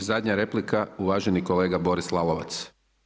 I zadnja replika uvaženi kolega Boris Lalovac.